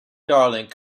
darling